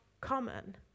common